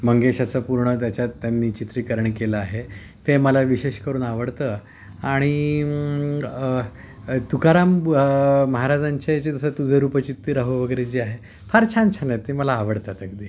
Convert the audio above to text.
मंगेशाचं पूर्ण त्याच्यात त्यांनी चित्रीकरण केलं आहे ते मला विशेष करून आवडतं आणि तुकाराम बुवा महाराजांचे ज जसं तुझे रूप चित्ती राहो वगैरे जे आहे फार छान छान आहे ते मला आवडतात अगदी